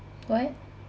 what